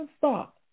thought